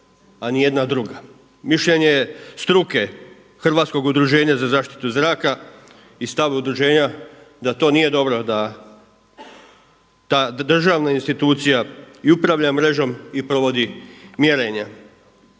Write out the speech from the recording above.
a nijedna druga. Mišljenje struke Hrvatskog udruženja za zaštitu zraka i stav udruženja da to nije dobro da ta državna institucija i upravlja mrežom i provodi mjerenje.